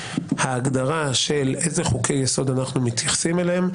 ההגדרה של איזה חוקי יסוד אנחנו מתייחסים אליהם,